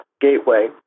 Gateway